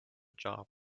job